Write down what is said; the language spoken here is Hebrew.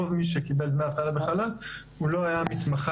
רוב מי שקיבל דמי אבטלה בחל"ת הוא לא היה מתמחה.